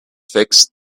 fixed